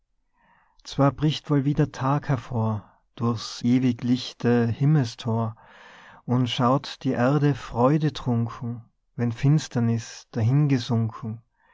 zwar bricht wohl wieder tag hervor durch's ewig lichte himmelsthor und schaut die erde freudetrunken wenn finsterniß